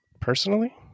personally